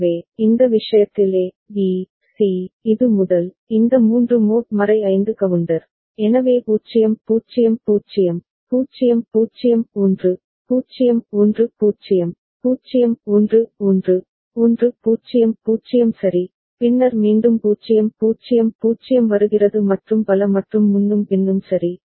எனவே இந்த விஷயத்தில் A B C இது முதல் இந்த மூன்று மோட் 5 கவுண்டர் எனவே 0 0 0 0 0 1 0 1 0 0 1 1 1 0 0 சரி பின்னர் மீண்டும் 0 0 0 வருகிறது மற்றும் பல மற்றும் முன்னும் பின்னும் சரி